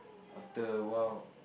after a while